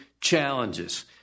challenges